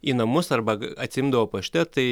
į namus arba atsiimdavo pašte tai